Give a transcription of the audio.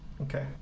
Okay